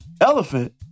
elephant